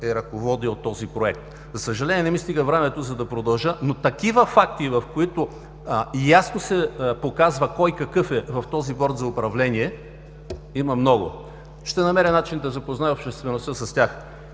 е ръководил този проект? За съжаление, не ми стига времето, за да продължа, но факти, в които ясно се показва кой какъв е в този Борд за управление, има много. Ще намеря начин да запозная обществеността с тях.